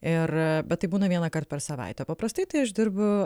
ir bet tai būna vienąkart per savaitę paprastai tai aš dirbu